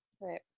Right